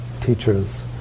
teachers